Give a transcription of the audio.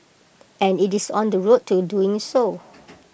and IT is on the road to doing so